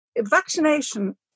vaccination